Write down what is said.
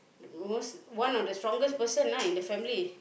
most one of the strongest person lah in the family